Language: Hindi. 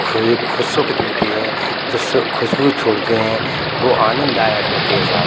देते हैं जो खुशबू छोड़ते हैं वो आनंददायक होते हैं साहब